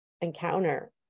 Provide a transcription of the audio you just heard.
encounter